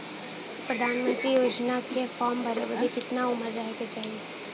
प्रधानमंत्री योजना के फॉर्म भरे बदे कितना उमर रहे के चाही?